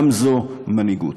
גם זו מנהיגות.